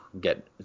get